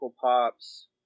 Pops